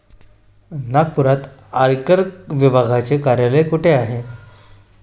नागपुरात आयकर विभागाचे कार्यालय कुठे आहे?